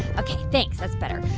ok, thanks, that's better.